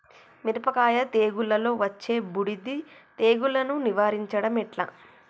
మిరపకాయ తెగుళ్లలో వచ్చే బూడిది తెగుళ్లను నివారించడం ఎట్లా?